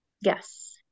Yes